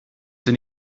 sie